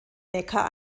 neckar